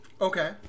Okay